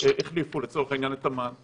שהחליפו לצורך העניין את אמ"ן,